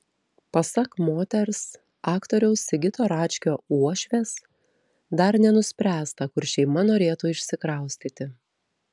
pasak moters aktoriaus sigito račkio uošvės dar nenuspręsta kur šeima norėtų išsikraustyti